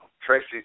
Tracy